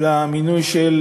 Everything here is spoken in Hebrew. למינוי של